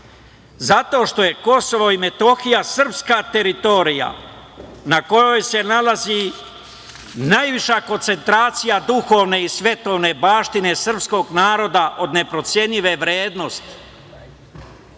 Zato što je KiM srpska teritorija na kojoj se nalazi najviša koncentracija duhovne i svetovne baštine srpskog naroda od neprocenjive vrednosti.